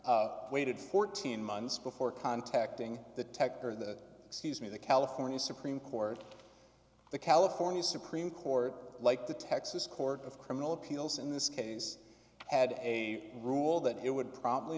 petitioner waited fourteen months before contacting the tech or the excuse me the california supreme court the california supreme court like the texas court of criminal appeals in this case had a rule that it would probably